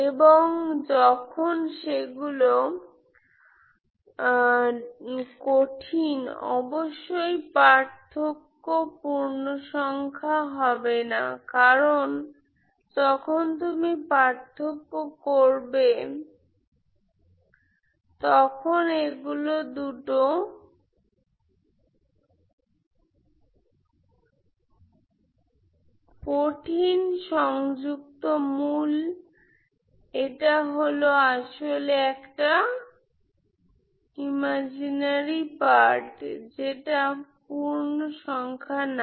এবং যখন সেগুলো ডিফিকাল্ট অবশ্যই পার্থক্য পূর্ণসংখ্যা হবে না কারণ যখন তুমি পার্থক্য করবে তখন এগুলো দুটো ডিফিকাল্ট সংযুক্ত রুট এটা হল আসলে একটা কল্পিত অংশ যেটা পূর্ণ সংখ্যা না